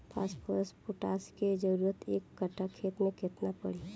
Phosphorus potash के जरूरत एक कट्ठा खेत मे केतना पड़ी?